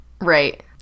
right